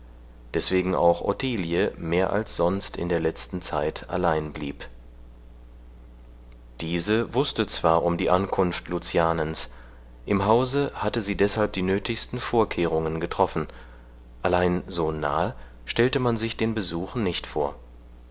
deswegen auch ottilie mehr als sonst in der letzten zeit allein blieb diese wußte zwar um die ankunft lucianens im hause hatte sie deshalb die nötigsten vorkehrungen getroffen allein so nahe stellte man sich den besuch nicht vor